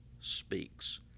speaks